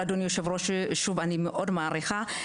אדוני היושב-ראש, אני מעריכה את כינוס הדיון.